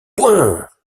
points